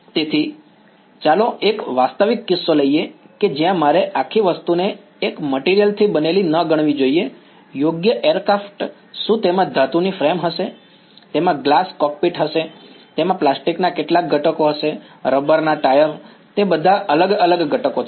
તેથી ચાલો એક વાસ્તવિક કિસ્સો લઈએ કે જ્યાં મારે આખી વસ્તુને એક મટીરીયલ થી બનેલી ન ગણવી જોઈએ યોગ્ય એરક્રાફ્ટ શું તેમાં ધાતુની ફ્રેમ હશે તેમાં ગ્લાસ કોકપીટ હશે તેમાં પ્લાસ્ટિકના કેટલાક ઘટકો હશે રબરના ટાયર તે બધા અલગ અલગ ઘટકો છે